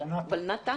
ולנת"ע,